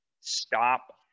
Stop